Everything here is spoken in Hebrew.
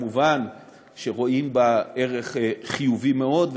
כמובן רואים בה ערך חיובי מאוד,